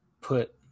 put